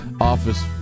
office